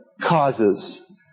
causes